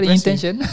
intention